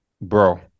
bro